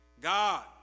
God